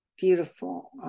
beautiful